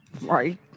Right